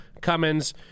Cummins